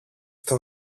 στο